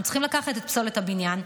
אנחנו צריכים לקחת את פסולת הבניין,